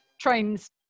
Trains